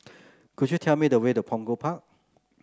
could you tell me the way to Punggol Park